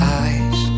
eyes